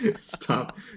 Stop